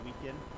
weekend